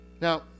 Now